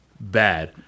bad